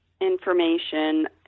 information